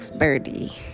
birdie